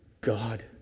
God